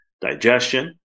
digestion